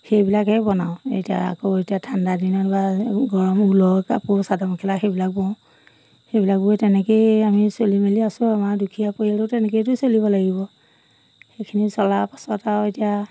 সেইবিলাকেই বনাওঁ এতিয়া আকৌ এতিয়া ঠাণ্ডা দিনত বা গৰম ঊলৰ কাপোৰ চাদৰ মেখেলা সেইবিলাক বওঁ সেইবিলাক বৈ তেনেকেই আমি চলি মেলি আছোঁ আমাৰ দুখীয়া পৰিয়ালটো তেনেকেইতো চলিব লাগিব সেইখিনি চলা পাছত আৰু এতিয়া